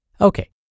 Okay